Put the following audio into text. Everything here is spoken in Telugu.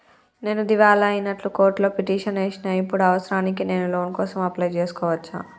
నేను దివాలా అయినట్లు కోర్టులో పిటిషన్ ఏశిన ఇప్పుడు అవసరానికి నేను లోన్ కోసం అప్లయ్ చేస్కోవచ్చా?